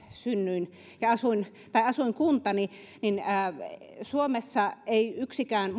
asuinkuntani suomessa ei yhdessäkään